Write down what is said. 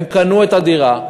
הם קנו את הדירה,